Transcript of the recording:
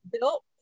built